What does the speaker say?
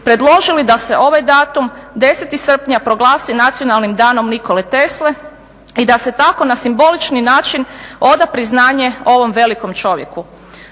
predložili da se ovaj datum 10. srpnja proglasi Nacionalnim danom Nikole Tesle i da se tako na simbolični način oda priznanje ovom velikom čovjeku.